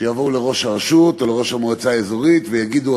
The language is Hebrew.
שהתושבים יבואו לראש הרשות או לראש המועצה האזורית ויגידו: